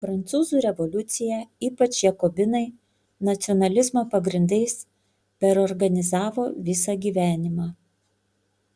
prancūzų revoliucija ypač jakobinai nacionalizmo pagrindais perorganizavo visą gyvenimą